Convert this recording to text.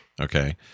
okay